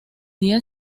día